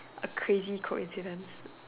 a crazy coincidence